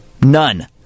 None